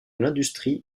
l’industrie